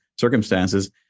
circumstances